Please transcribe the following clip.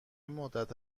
مدت